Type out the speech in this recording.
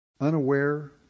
unaware